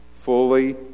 Fully